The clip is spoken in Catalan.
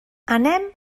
anem